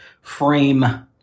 frame